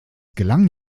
gelang